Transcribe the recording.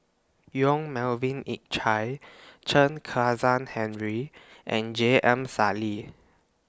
Yong Melvin Yik Chye Chen Kezhan Henri and J M Sali